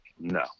No